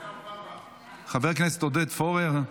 חבר הכנסת עודד פורר,